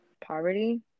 poverty